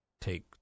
take